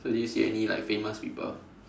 so did you see any like famous people